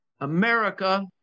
America